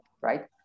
right